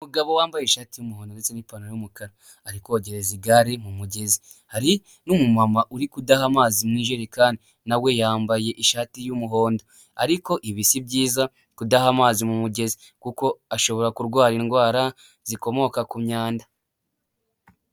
Umugabo wambaye ishati y'umuhondo ndetse n'ipantaro y'umukara, ari kogereza igare mu mugezi. Hari n'umumama uri kudaha amazi mu ijerekani, nawe yambaye ishati y'umuhondo, ariko ibi si byiza kudaha amazi mu mugezi, kuko ashobora kurwara indwara zikomoka ku myanda.